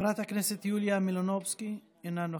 חברת הכנסת יוליה מלינובסקי, אינה נוכחת,